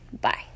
Bye